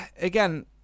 again